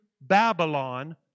Babylon